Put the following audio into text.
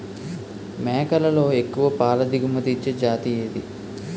మేకలలో ఎక్కువ పాల దిగుమతి ఇచ్చే జతి ఏది?